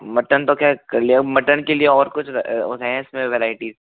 mutton तो खैर कर लिया मटन के लिए और कुछ हैं इसमें वैरायटी